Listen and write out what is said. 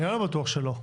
אני לא בטוח שלא.